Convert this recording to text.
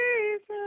Jesus